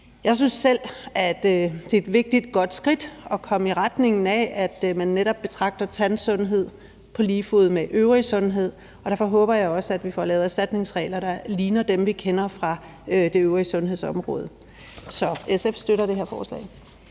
Jeg synes selv, at det er et vigtigt og godt skridt at komme i retning af, at man netop betragter tandsundhed på lige fod med øvrig sundhed, og derfor håber jeg også, at vi får lavet erstatningsregler, der ligner dem, vi kender fra det øvrige sundhedsområde. Så SF støtter det her forslag.